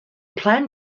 plan